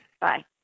Bye